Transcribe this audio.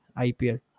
IPL